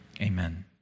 Amen